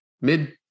mid